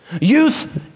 Youth